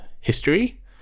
history